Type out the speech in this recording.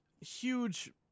huge